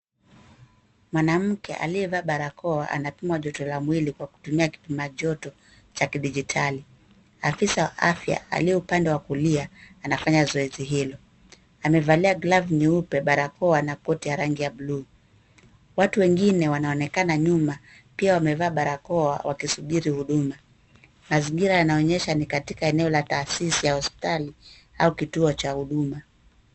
Mwanamke aliyevaa barakoa anapimiwa joto la mwili kwa kutumia kipimajoto cha kidijitali .Afisa wa afya aliye upande wa kulia anafanya zoezi hilo amevalia glavu nyeupe, barakoa na koti ya rangi ya buluu. Watu wengine wanaonekana nyuma pia wamevaa barakoa wakisubiri huduma ,mazingira yanaonyesha ni katika eneo la taasisi ya hospitali au kituo cha huduma.